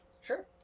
Sure